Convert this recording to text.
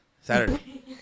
Saturday